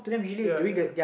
ya ya